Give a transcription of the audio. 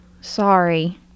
sorry